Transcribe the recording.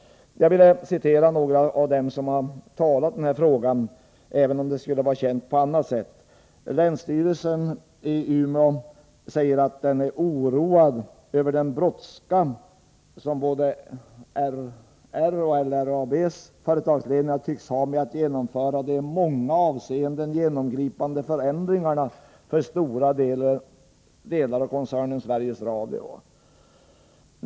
Jag vill citera några av dem som yttrat sig i denna fråga, även om det kan vara känt på annat sätt. Länsstyrelsen i Umeå säger: ”Länsstyrelsen i Västerbottens län är oroad över den brådska som de båda företagsledningarna tycks ha med att genomföra de i många avseenden genomgripande förändringarna för stora delar av koncernen Sveriges Radio.